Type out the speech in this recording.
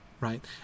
right